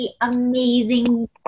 amazing